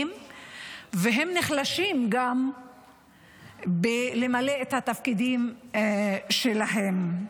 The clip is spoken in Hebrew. והם נחלשים גם במילוי התפקידים שלהן.